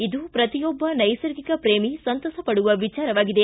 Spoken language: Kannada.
ಇದು ಪ್ರತಿಯೊಬ್ಬ ನೈಸರ್ಗಿಕ ಪ್ರೇಮಿ ಸಂತಸಪಡುವ ವಿಚಾರವಾಗಿದೆ